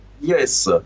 Yes